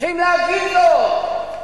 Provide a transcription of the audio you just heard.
צריכים להבין זאת.